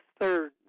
third